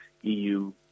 EU